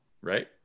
right